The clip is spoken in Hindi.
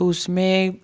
तो उसमें